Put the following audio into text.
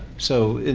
so